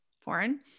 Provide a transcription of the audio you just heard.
foreign